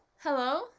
Hello